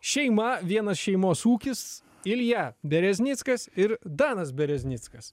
šeima vienas šeimos ūkis ilja bereznickas ir danas bereznickas